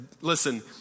listen